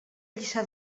lliçà